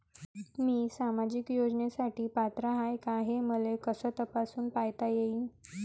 मी सामाजिक योजनेसाठी पात्र आहो का, हे मले कस तपासून पायता येईन?